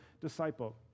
disciple